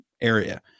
area